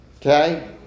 Okay